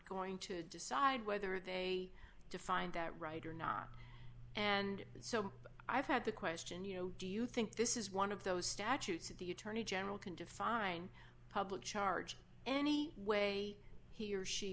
going to decide whether they define that right or not and so i've had the question you know do you think this is one of those statutes that the attorney general can define public charge any way he or she